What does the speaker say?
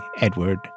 Edward